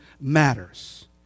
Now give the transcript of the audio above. matters